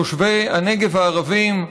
תושבי הנגב הערבים,